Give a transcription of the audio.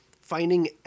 finding